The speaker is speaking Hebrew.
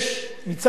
מצד אחד,